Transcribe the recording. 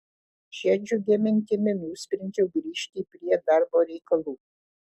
šia džiugia mintimi nusprendžiau grįžti prie darbo reikalų